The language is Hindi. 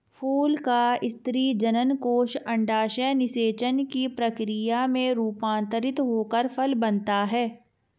फूल का स्त्री जननकोष अंडाशय निषेचन की प्रक्रिया से रूपान्तरित होकर फल बनता है